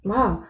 Wow